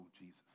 Jesus